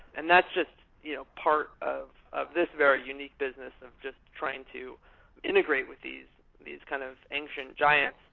and that's just you know part of of this very unique business of just trying to integrate with these these kind of ancient giants.